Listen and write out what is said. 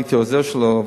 הייתי עוזר שלו,